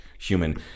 human